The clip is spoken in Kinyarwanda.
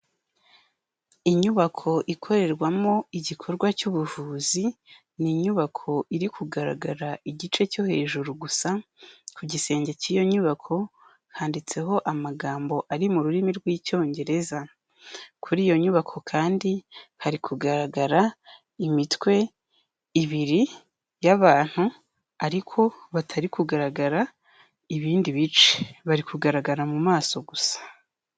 Inyubako ikorerwamo igikorwa cy'ubuvuzi, ni inyubako iri kugaragara igice cyo hejuru gusa, ku gisenge cy'iyo nyubako handitseho amagambo ari mu rurimi rw'Icyongereza, kuri iyo nyubako kandi, hari kugaragara imitwe ibiri y'abantu ariko batari kugaragara ibindi bice, bari kugaragara mu maso gusa.